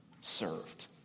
served